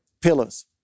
pillars